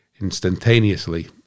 instantaneously